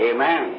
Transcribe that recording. Amen